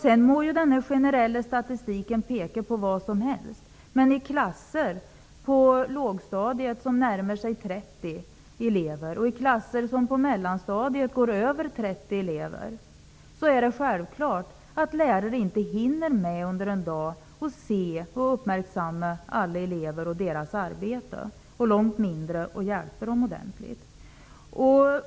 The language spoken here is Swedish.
Sedan må den generella statistiken peka på vad som helst. I klasser på lågstadiet med närmare 30 elever och i klasser på mellanstadiet med över 30 elever är det självklart att lärare under en dag inte hinner med att se och uppmärksamma alla elever och deras arbete, långt mindre att hjälpa dem ordentligt.